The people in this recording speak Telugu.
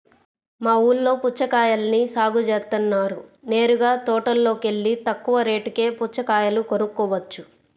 మా ఊల్లో పుచ్చకాయల్ని సాగు జేత్తన్నారు నేరుగా తోటలోకెల్లి తక్కువ రేటుకే పుచ్చకాయలు కొనుక్కోవచ్చు